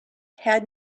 had